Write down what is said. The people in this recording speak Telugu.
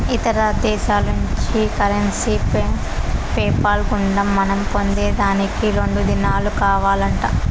ఇతర దేశాల్నుంచి కరెన్సీ పేపాల్ గుండా మనం పొందేదానికి రెండు దినాలు కావాలంట